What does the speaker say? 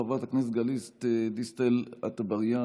חברת הכנסת גלית דיסטל אטבריאן,